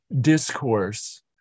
discourse